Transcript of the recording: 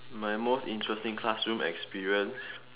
my most interesting classroom experience